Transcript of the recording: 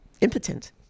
impotent